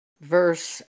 verse